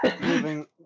Moving